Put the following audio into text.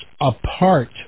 apart